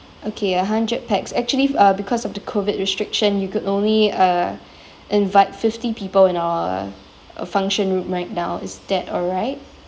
okay a hundred pax actually uh because of the COVID restriction you could only uh invite fifty people in our uh function room right now is that alright